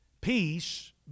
Peace